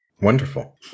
Wonderful